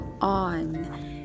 on